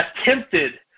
attempted